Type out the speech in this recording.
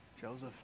Joseph